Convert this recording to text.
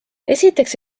esiteks